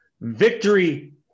Victory